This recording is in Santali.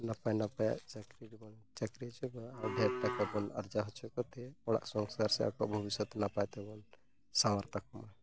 ᱱᱟᱯᱟᱭᱼᱱᱟᱯᱟᱭᱟᱜ ᱪᱟᱠᱨᱤ ᱨᱮᱵᱚᱱ ᱪᱟᱠᱨᱤ ᱦᱚᱪᱚ ᱠᱚᱣᱟ ᱟᱨ ᱰᱷᱮᱨ ᱴᱟᱠᱟᱵᱚᱱ ᱟᱨᱡᱟᱣ ᱦᱚᱪᱚ ᱠᱚᱛᱮ ᱚᱲᱟᱜ ᱥᱚᱝᱥᱟᱨ ᱥᱮ ᱟᱠᱚᱣᱟᱜ ᱵᱷᱚᱵᱤᱥᱥᱚᱛ ᱱᱟᱯᱟᱭᱛᱮᱵᱚᱱ ᱥᱟᱶᱟᱨ ᱛᱟᱠᱚᱢᱟ